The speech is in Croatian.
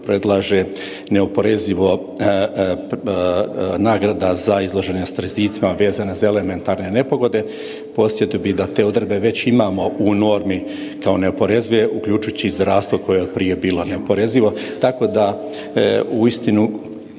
predlaže neoporezivo nagrada za izloženost rizicima vezane za elementarne nepogode, podsjetio bih da te odredbe već imamo u normi kao neoporezive uključujući i zdravstvo koje je od prije bilo neoporezivo. Tako da uistinu